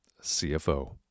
CFO